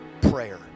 prayer